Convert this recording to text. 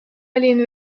olin